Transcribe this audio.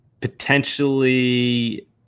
potentially